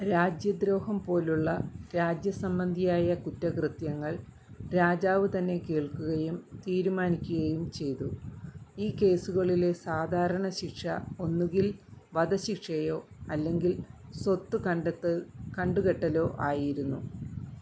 രാജ്യ ദ്രോഹം പോലെയുള്ള രാജ്യ സംബന്ധിയായ കുറ്റകൃത്യങ്ങൾ രാജാവു തന്നെ കേൾക്കുകയും തീരുമാനിക്കുകയും ചെയ്തു ഈ കേസുകളിലെ സാധാരണ ശിക്ഷ ഒന്നുകിൽ വധശിക്ഷയോ അല്ലെങ്കിൽ സ്വത്ത് കണ്ടെത്തൂ കണ്ടു കെട്ടലോ ആയിരുന്നു